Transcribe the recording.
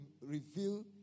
reveal